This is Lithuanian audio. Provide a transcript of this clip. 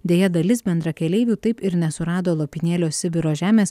deja dalis bendrakeleivių taip ir nesurado lopinėlio sibiro žemės